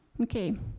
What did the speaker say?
Okay